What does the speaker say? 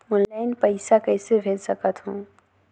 Online पइसा कइसे भेज सकत हो?